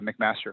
McMaster